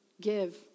Give